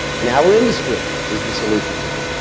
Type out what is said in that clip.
and our industry is the solution for them,